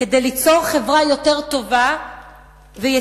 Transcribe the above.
כדי ליצור חברה יותר טובה ויציבה.